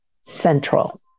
Central